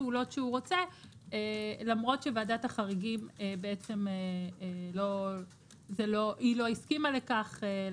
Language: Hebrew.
פעולות שהוא רוצה למרות שוועדת החריגים לא הסכימה לכך.